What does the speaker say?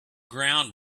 ground